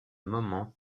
moment